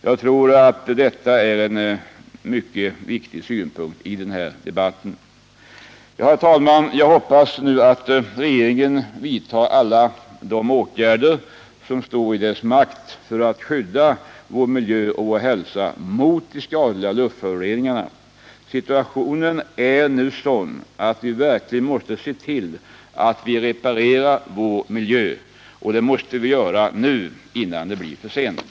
Jag tror att detta är en mycket viktig synpunkt i denna debatt. Herr talman! Jag hoppas att regeringen vidtar alla de åtgärder som står i dess makt för att skydda vår miljö och vår hälsa mot de skadliga luftföroreningarna. Situationen är nu sådan att vi verkligen måste se till att vi reparerar vår miljö. Det måste vi göra nu, innan det blir för sent.